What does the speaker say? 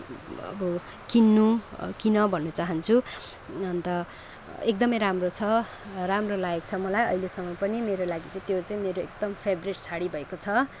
अब किन्नू किन भन्नु चहान्छु अन्त एकदमै राम्रो छ राम्रो लागेको छ मलाई अहिलेसम्म पनि मेरो लागि चाहिँ त्यो चाहिँ मेरो एकदम फेभरेट सारी भएको छ